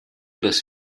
les